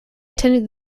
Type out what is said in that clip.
attended